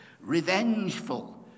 revengeful